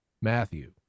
Matthew